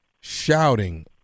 shouting